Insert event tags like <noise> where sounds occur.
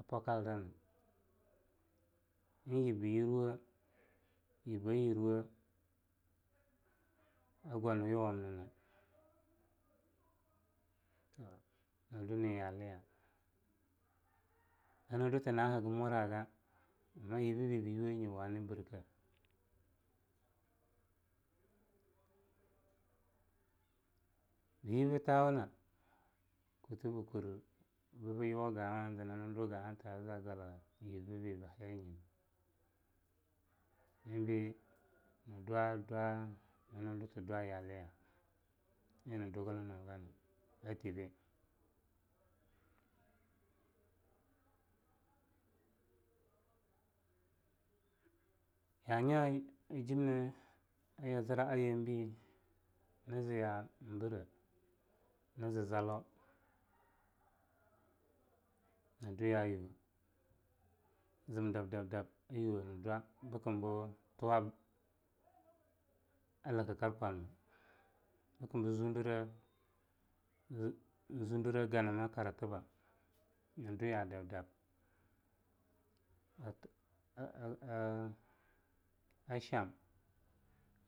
Abpu kagan eing yibbyirwe yibbayirwe a gwanwyawamnna ndwa neyaliya nandwata na a haga mwaraga amma yibbeibibyuwe nye wane birkei. bybtawna kutbkur bbyuwa ga'awna zann dwa ga'a ta'a gwala yib beibi bahaya nyine eing bei dwa dwa az'eing na dwa ta dwa yaliya'a eig nduga nnyugana athebei. ya nya a jimne ya zra a yeinbe, zya nbre nz zalo ndwiya'ayuwe zm dab-dab-dab ayuwe ndwa bkmb tuwa'a lakkar kwanwa bkm bziundre <unintelligible> bziundre ganama karatba ndwiya lab dab aa <noise> a cham